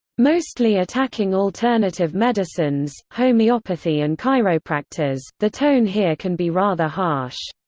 mostly attacking alternative medicines, homeopathy and chiropractors, the tone here can be rather harsh.